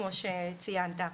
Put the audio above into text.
כמו שציינת.